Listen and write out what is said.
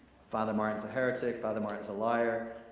father martin's a heretic, father martin's a liar,